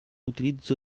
utilizzo